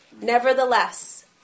Nevertheless